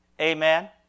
Amen